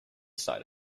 side